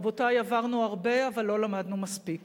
רבותי, עברנו הרבה, אבל לא למדנו מספיק.